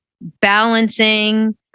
balancing